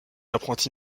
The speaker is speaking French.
apprenti